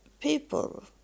people